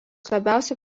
labiausiai